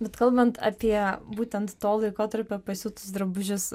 bet kalbant apie būtent to laikotarpio pasiūtus drabužius